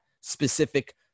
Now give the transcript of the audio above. specific